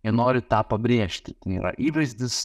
jie nori tą pabrėžti yra įvaizdis